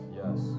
yes